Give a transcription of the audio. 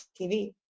TV